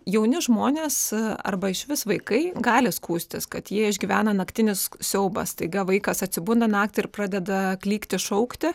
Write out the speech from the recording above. jauni žmonės arba išvis vaikai gali skųstis kad jie išgyvena naktinis siaubą staiga vaikas atsibunda naktį ir pradeda klykti šaukti